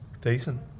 Decent